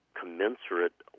commensurate